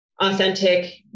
authentic